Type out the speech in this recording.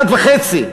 1.5,